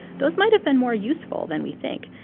those might have been more useful than we think.